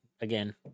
again